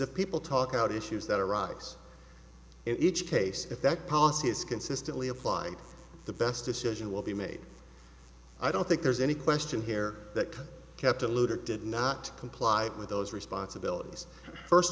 a people talk out issues that arise in each case if that policy is consistently applied the best decision will be made i don't think there's any question here that kept a looter did not comply with those responsibilities first